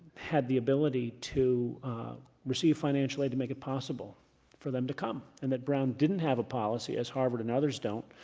had the ability to receive financial aid to make it possible for them to come, and that brown didn't have a policy, as harvard and others don't,